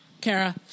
Kara